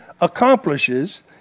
accomplishes